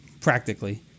Practically